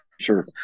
Sure